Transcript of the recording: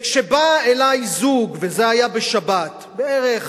וכשבא אלי זוג, זה היה בשבת, בערך